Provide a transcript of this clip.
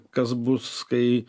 kas bus kai